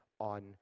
on